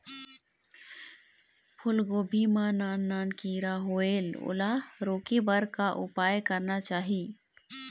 फूलगोभी मां नान नान किरा होयेल ओला रोके बर का उपाय करना चाही?